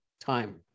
time